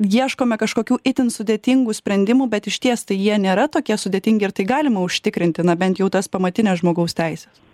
ieškome kažkokių itin sudėtingų sprendimų bet išties tai jie nėra tokie sudėtingi ir tai galima užtikrinti na bent jau tas pamatines žmogaus teises